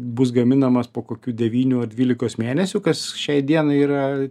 bus gaminamas po kokių devynių ar dvylikos mėnesių kas šiai dienai yra